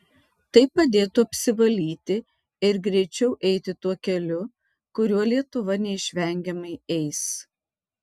tai padėtų apsivalyti ir greičiau eiti tuo keliu kuriuo lietuva neišvengiamai eis